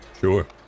sure